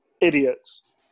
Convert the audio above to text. idiots